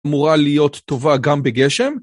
‫אמורה להיות טובה גם בגשם.